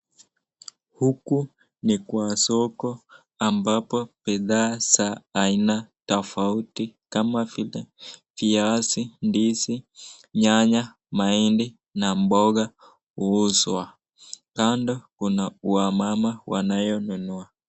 Huku ni kwa soko ambapo bidhaa za aina tofauti kama vile viazi, ndizi, nyanya, mahindi na mboga huuzwa, kando Kuna wamama wanayonunua.